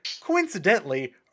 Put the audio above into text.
coincidentally